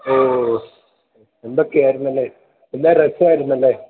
ഓ എന്തൊക്കെയായിരുന്നുവല്ലേ എന്തു രസമായിരുന്നുവല്ലേ